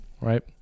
right